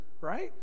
right